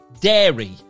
dairy